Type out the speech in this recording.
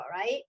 right